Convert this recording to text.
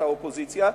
אתה אופוזיציה,